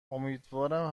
امیدوارم